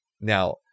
Now